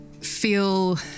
feel